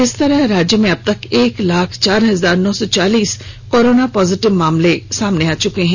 इस तरह राज्य में अबतक एक लाख चार हजार नौ सौ चालीस कोरोना पॉजिटिव मामले सामने आ चुके हैं